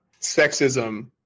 sexism